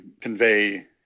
convey